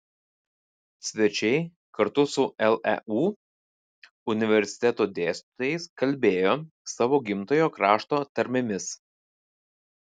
svečiai kartu su leu universiteto dėstytojais kalbėjo savo gimtojo krašto tarmėmis